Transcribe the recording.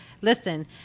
listen